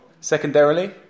Secondarily